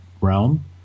realm